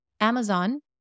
Amazon